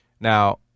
Now